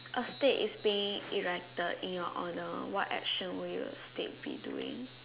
earth day is being elected in your honor what action would your state be doing